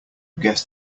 guess